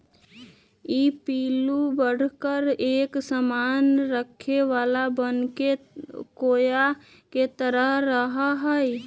ई पिल्लू बढ़कर एक सामान रखे वाला बनाके कोया के तरह रहा हई